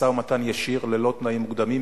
משא-ומתן ישיר ללא תנאים מוקדמים,